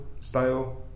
style